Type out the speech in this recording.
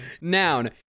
noun